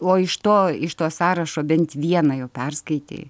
o iš to iš to sąrašo bent vieną jau perskaitei